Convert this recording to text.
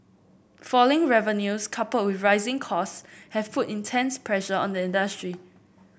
falling revenues coupled with rising costs have put intense pressure on the industry